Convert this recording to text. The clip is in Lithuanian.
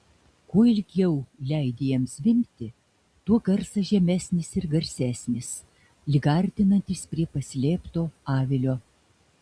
kuo ilgiau leidi jam zvimbti tuo garsas žemesnis ir garsesnis lyg artinantis prie paslėpto avilio